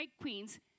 queens